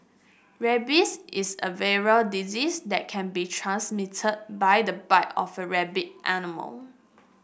rabies is a viral disease that can be transmitted by the bite of a rabid animal